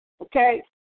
Okay